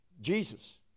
Jesus